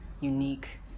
unique